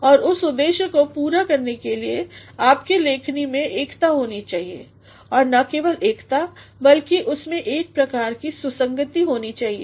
और उस उद्देश्य को पूरा करने केलिए आपकी लेखन में एकता होनी चाहिए और न केवल एकता बल्कि उसमें एक प्रकार की सुसंगति होनी चाहिए